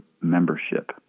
membership